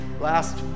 last